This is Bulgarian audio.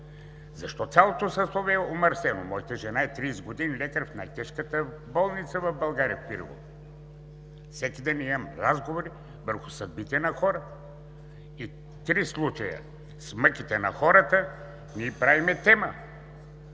Защо цялото съсловие е омърсено? Моята жена е 30 години в най-тежката болница в България – в „Пирогов“. Всеки ден имам разговори върху съдбите на хората. И от три случая с мъките на хората ние правим тема.